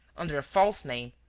under a false name,